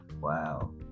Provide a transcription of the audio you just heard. Wow